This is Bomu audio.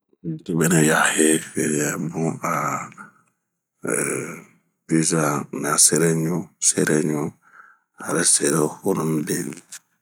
handirobe nɛyahee heeyɛ bun a piza nɛ asereɲu, areserehonu mibini,